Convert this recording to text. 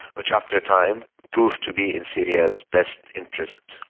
which after a time proved to be in syria's best interest.